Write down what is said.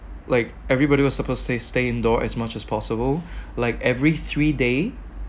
like everybody was supposed to stay stay indoor as much as possible like every three day